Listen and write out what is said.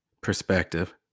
perspective